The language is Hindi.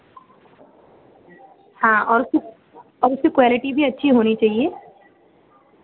हाँ और कुछ और उसकी क्वालिटी भी अच्छी होनी चाहिए